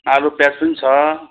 आलु प्याज पनि छ